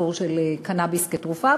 הסיפור של קנאביס כתרופה,